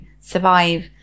survive